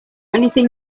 anything